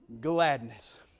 gladness